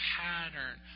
pattern